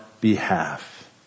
behalf